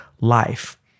life